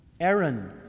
Aaron